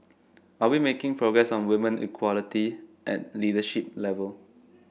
are we making progress on woman equality at leadership level